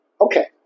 Okay